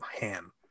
ham